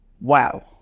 Wow